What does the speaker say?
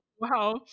wow